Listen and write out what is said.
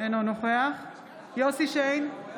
אינו נוכח יוסף שיין,